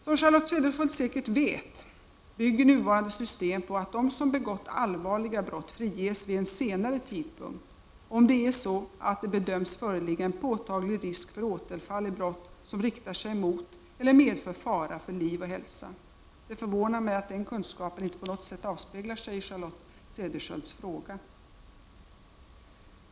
Som Charlotte Cederschiöld säkert vet, bygger nuvarande system på att de som begått allvarliga brott friges vid en senare tidpunkt, om det är så att det bedöms föreligga en påtaglig risk för återfall i brott som riktar sig mot eller medför fara för liv eller hälsa. Det förvånar mig att den kunskapen inte på något sätt avspeglar sig i Charlotte Cederschiölds fråga.